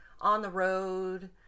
on-the-road